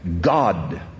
God